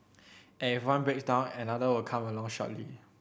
and if one breaks down another will come along shortly